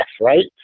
right